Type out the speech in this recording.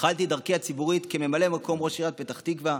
התחלתי את דרכי הציבורית כממלא מקום ראש עיריית פתח תקווה,